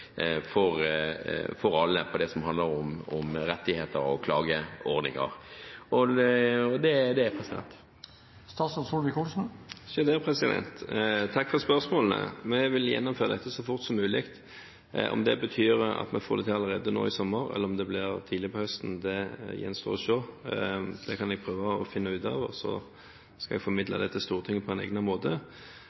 ordning for alle for det som handler om rettigheter og klageordninger. Det var det. Takk for spørsmålene. Vi vil gjennomføre dette så fort som mulig. Om det betyr at vi får det til allerede nå i sommer, eller om det blir tidlig på høsten, gjenstår å se. Det kan jeg prøve å finne ut av, og så skal jeg formidle det til Stortinget på en egnet måte.